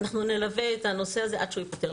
אנחנו נלווה את הנושא הזה עד שהוא ייפתר.